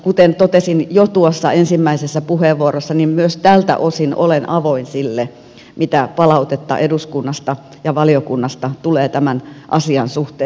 kuten totesin jo tuossa ensimmäisessä puheenvuorossani niin myös tältä osin olen avoin sille mitä palautetta eduskunnasta ja valiokunnasta tulee tämän asian suhteen